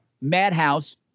Madhouse